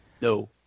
No